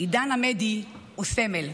עידן עמדי הוא סמל,